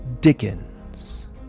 Dickens